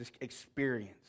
experience